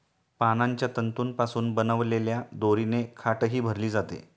पानांच्या तंतूंपासून बनवलेल्या दोरीने खाटही भरली जाते